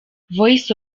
voice